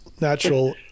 natural